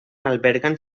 albergan